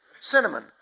cinnamon